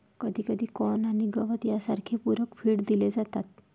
कधीकधी कॉर्न आणि गवत सारखे पूरक फीड दिले जातात